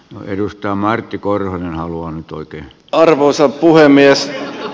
no edustaja martti korhonen haluaa nyt oikein puheenvuoron